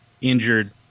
Injured